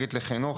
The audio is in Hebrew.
אסטרטגית לחינוך,